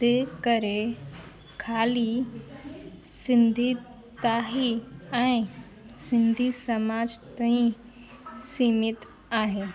तंहिं करे खाली सिंधी ताईं ऐं सिंधी समाज ताईं सीमित आहे